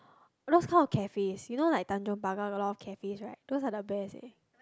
those kind of cafes you know like Tanjong-Pagar got a lot cafes right those are the best eh